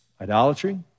Idolatry